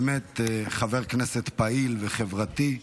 באמת, חבר כנסת פעיל וחברתי.